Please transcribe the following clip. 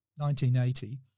1980